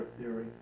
theory